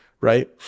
Right